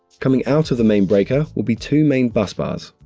coming out of the main breaker will be two main bus bars.